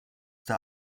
der